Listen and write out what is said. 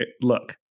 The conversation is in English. look